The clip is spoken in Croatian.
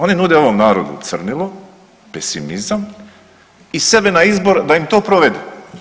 Oni nude ovom narodu crnilo, pesimizam i sebe na izbor da im to provedu.